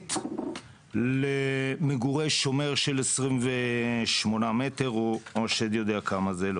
הגרעינית למגורי שומר של 28 מטרים או השד יודע כמה זה.